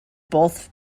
both